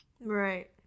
Right